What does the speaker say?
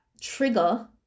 trigger